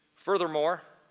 furthermore,